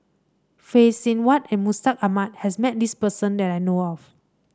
Phay Seng Whatt and Mustaq Ahmad has met this person that I know of